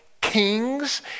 kings